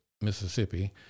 Mississippi